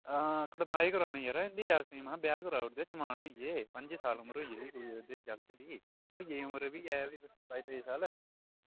हां कड़माई करवानी यरा इंदी जागतै में हा ब्याह करवाई ओड़दे जवान होई गे पं'जी साल उमर होई गेदी ऐ जागतै दी कुडिऐ दी उमर बी ऐ बाई त्रेई साल